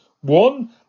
One